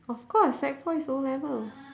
of course sec four is O-level